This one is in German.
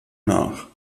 nach